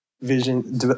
vision